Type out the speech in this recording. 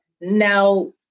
Now